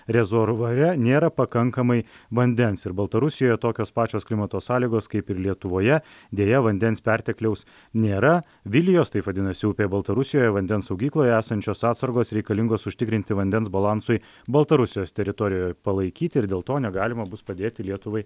rezervuare nėra pakankamai vandens ir baltarusijoje tokios pačios klimato sąlygos kaip ir lietuvoje deja vandens pertekliaus nėra vilijos taip vadinasi upė baltarusijoje vandens saugykloje esančios atsargos reikalingos užtikrinti vandens balansui baltarusijos teritorijoj palaikyti ir dėl to negalima bus padėti lietuvai